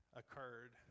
occurred